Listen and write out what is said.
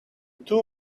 two